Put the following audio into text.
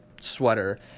sweater